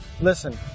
Listen